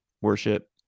worship